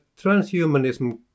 transhumanism